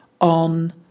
on